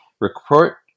Report